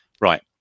right